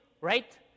right